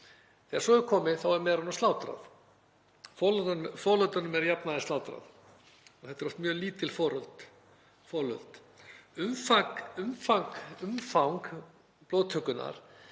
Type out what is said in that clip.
Þegar svo er komið er merunum slátrað. Folöldunum er að jafnaði slátrað og þetta eru oft mjög lítil folöld. Umfang blóðtökunnar